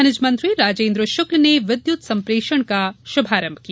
खनिज मंत्री राजेन्द्र शुक्ल ने विद्युत संप्रेषण का शुभारम्भ किया